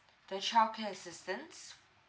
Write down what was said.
the childcare assistance